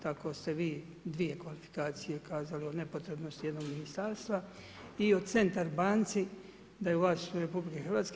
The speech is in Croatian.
Tako ste vi dvije kvalifikacije kazali o nepotrebnosti jednoga ministarstva i o Centar banci da je u vlasništvu RH.